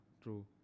true